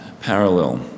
parallel